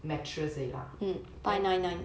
mattress 而已啦